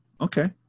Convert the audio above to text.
okay